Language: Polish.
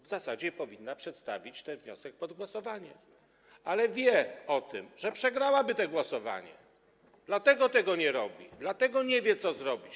W zasadzie powinna poddać ten wniosek pod głosowanie, ale wie o tym, że przegrałaby to głosowanie, dlatego tego nie robi, dlatego nie wie, co zrobić.